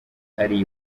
hariya